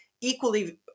equally